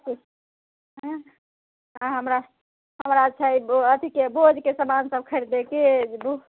सभ किछु आँय आ हमरा अच्छा एगो अथिके भोजके समान सभ खरीदैके अछि